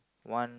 one